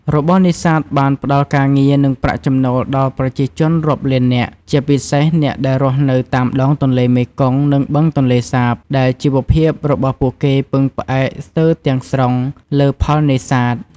របរនេសាទបានផ្ដល់ការងារ និងប្រាក់ចំណូលដល់ប្រជាជនរាប់លាននាក់ ជាពិសេសអ្នកដែលរស់នៅតាមដងទន្លេមេគង្គ និងបឹងទន្លេសាប ដែលជីវភាពរបស់ពួកគេពឹងផ្អែកស្ទើរទាំងស្រុងលើផលនេសាទ។